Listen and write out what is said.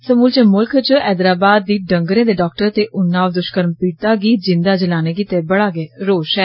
समूलचें मुल्खा च हैदराबाद दी डंगरे दे डॉक्टर ते उनाव दुशकर्म पीड़तां गी जिन्दा जलाने गित्तै बड़ा गै रोष ऐ